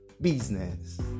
business